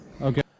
Okay